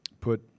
Put